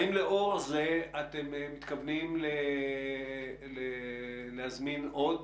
האם לאור זה, אתם מתכוונים להזמין עוד